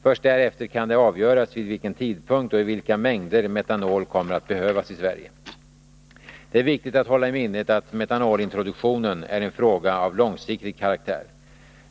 Först därefter kan det avgöras vid vilken tidpunkt och i vilka mängder metanol kommer att behövas i Sverige. Det är viktigt att hålla i minnet att metanolintroduktion är en fråga av långsiktig karaktär.